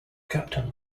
captain